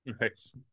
Nice